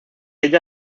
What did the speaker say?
ella